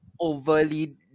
overly